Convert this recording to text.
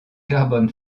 carbon